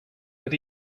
but